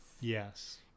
yes